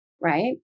right